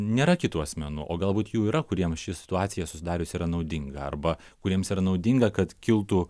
nėra kitų asmenų o galbūt jų yra kuriems ši situacija susidariusi yra naudinga arba kuriems ir naudinga kad kiltų